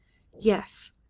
yes,